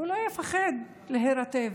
לא יפחד להירטב.